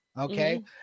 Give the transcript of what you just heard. Okay